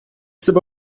себе